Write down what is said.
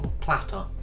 Platter